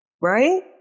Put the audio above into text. Right